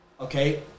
okay